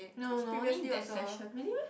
no no no only that session really meh